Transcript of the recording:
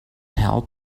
help